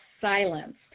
silence